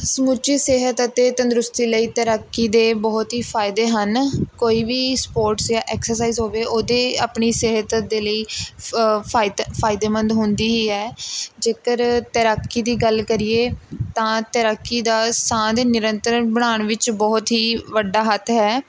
ਸਮੁੱਚੀ ਸਿਹਤ ਅਤੇ ਤੰਦਰੁਸਤੀ ਲਈ ਤੈਰਾਕੀ ਦੇ ਬਹੁਤ ਹੀ ਫਾਇਦੇ ਹਨ ਕੋਈ ਵੀ ਸਪੋਟਸ ਜਾਂ ਐਕਸਸਾਈਜ ਹੋਵੇ ਉਹਦੇ ਆਪਣੀ ਸਿਹਤ ਦੇ ਲਈ ਫ ਫਾਇਦੇ ਫਾਇਦੇਮੰਦ ਹੁੰਦੀ ਹੀ ਹੈ ਜੇਕਰ ਤੈਰਾਕੀ ਦੀ ਗੱਲ ਕਰੀਏ ਤਾਂ ਤੈਰਾਕੀ ਦਾ ਸਾਹ ਦੇ ਨਿਰੰਤਰਣ ਬਣਾਉਣ ਵਿੱਚ ਬਹੁਤ ਹੀ ਵੱਡਾ ਹੱਥ ਹੈ